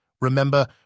Remember